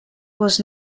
was